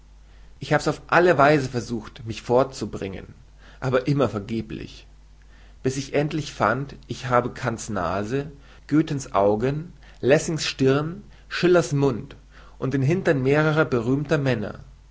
ich hab's auf alle weise versucht mich fortzubringen aber immer vergeblich bis ich endlich fand ich habe kants nase göthens augen lessings stirn schillers mund und den hintern mehrerer berühmter männer